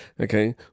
okay